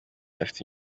afite